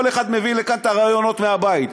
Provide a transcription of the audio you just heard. כל אחד מביא לכאן את הרעיונות מהבית,